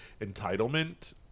entitlement